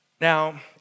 Now